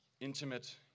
intimate